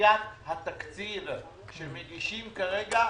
לדחיית התקציב שמגישים כרגע,